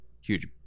huge